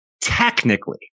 technically